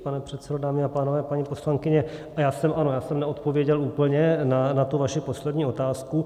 Pane předsedo, dámy a pánové, paní poslankyně, ano, já jsem neodpověděl úplně na tu vaši poslední otázku.